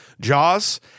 Jaws